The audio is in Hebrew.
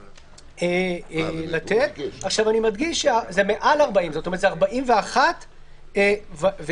זה מעל 40, זאת אומרת, זה 41 ומעלה.